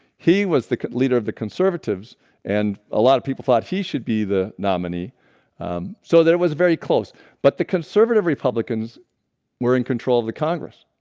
he was the leader of the conservatives and a lot of people thought he should be the nominee um so that it was very close but the conservative republicans were in control of the congress?